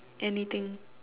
anything